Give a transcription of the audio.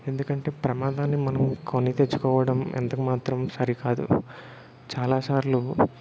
ఎందుకంటే ప్రమాదాన్ని మనం కొని తెచ్చుకోవడం ఎంత మాత్రం సరికాదు చాలా సార్లు